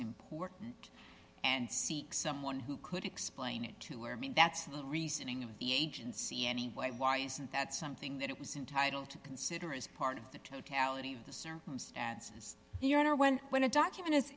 important and seek someone who could explain it to her mean that's the reasoning of the agency anyway why isn't that something that it was entitle to consider as part of the totality of the circumstances your honor when when a document is